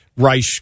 reich